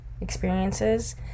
experiences